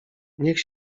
niech